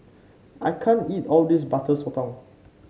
I can't eat all of this Butter Sotong